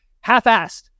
half-assed